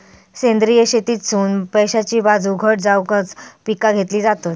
सेंद्रिय शेतीतसुन पैशाची बाजू घट जावकच पिका घेतली जातत